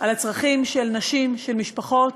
על הצרכים של נשים, של משפחות,